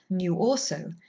knew also,